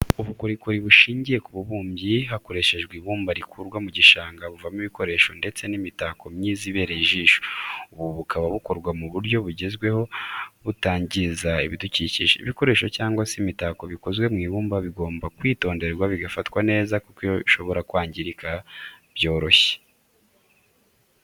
Ubukorikori bushingiye ku bubumbyi hakoreshejwe ibumba rikurwa mu gishanga, buvamo ibikoresho ndetse n'imitako myiza ibereye ijisho, ubu bukaba bukorwa mu buryo bugezweho butangiza ibidukikije, ibikoresho cyangwa se imitako bikozwe mu ibumba, bigomba kwitonderwa bigafatwa neza kuko bishobora kwangirika byoroshye